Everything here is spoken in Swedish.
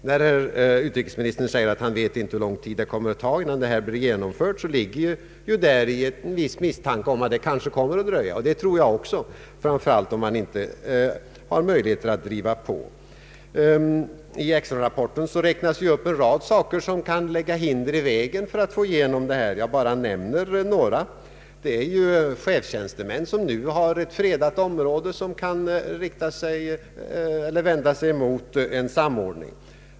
När utrikesministern säger att han inte vet hur lång tid detta kommer att ta, ligger däri en misstanke om att det kanske kommer att dröja, framför allt om man inte har några möjligheter att driva på ärendet. I Jacksonrapporten räknas upp en rad saker som kan lägga hinder i vägen vid genomförandet. Jag vill nämna några. Chefstjänstemän som nu har ett fredat område kan vända sig emot en samordning.